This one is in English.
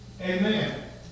Amen